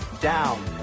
down